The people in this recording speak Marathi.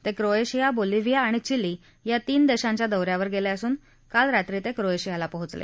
ते क्रोएशिया बोलिव्हिया आणि चिली या तीन देशांच्या दौ यावर गेले असून काल रात्री क्रोएशियाला पोचले